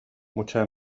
muchas